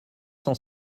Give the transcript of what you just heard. cent